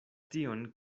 tion